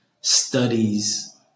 studies